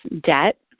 debt